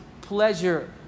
pleasure